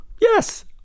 Yes